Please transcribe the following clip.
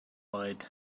oed